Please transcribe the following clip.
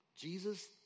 Jesus